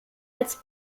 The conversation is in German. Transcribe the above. als